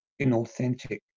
inauthentic